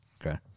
Okay